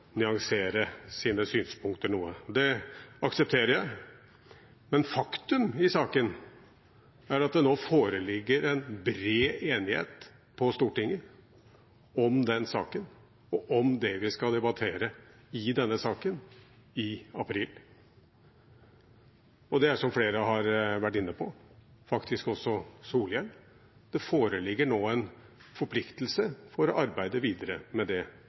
nyansere sine synspunkter noe. Det aksepterer jeg. Men faktumet i saken er at det nå foreligger en bred enighet på Stortinget om denne saken og om det vi skal debattere i april, som flere har vært inne på, faktisk også Solhjell. Det foreligger nå en forpliktelse til å arbeide videre med